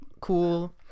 cool